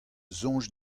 soñj